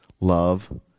Love